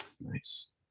Nice